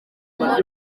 wari